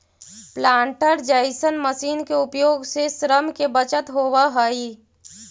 planter जईसन machine के उपयोग से श्रम के बचत होवऽ हई